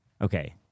Okay